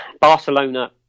Barcelona